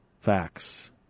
facts